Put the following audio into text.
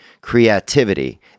creativity